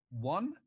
one